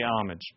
homage